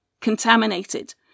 Contaminated